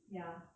ya